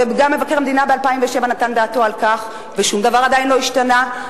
וגם מבקר המדינה ב-2007 נתן דעתו על כך ושום דבר עדיין לא השתנה,